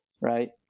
right